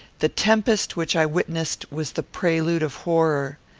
the tempest which i witnessed was the prelude of horror.